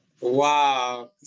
Wow